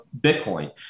Bitcoin